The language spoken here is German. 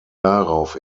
darauf